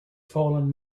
fallen